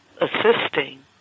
assisting